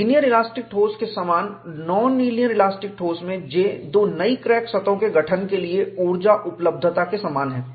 linear elastic ठोस के समान नॉन लीनियर इलास्टिक ठोस में J दो नई क्रैक सतहों के गठन के लिए ऊर्जा उपलब्धता के समान है